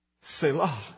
Selah